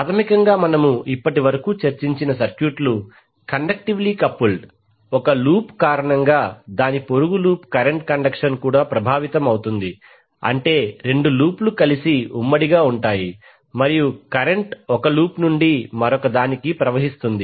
ప్రాథమికంగా మనము ఇప్పటివరకు చర్చించిన సర్క్యూట్లు కండక్టివ్లీ కపుల్డ్ ఒక లూప్ కారణంగా దాని పొరుగు లూప్ కరెంట్ కండక్షన్ కూడా ప్రభావితమవుతోంది అంటే రెండు లూపులు కలిసి ఉమ్మడిగా ఉంటాయి మరియు కరెంట్ ఒక లూప్ నుండి మరొకదానికి ప్రవహిస్తోంది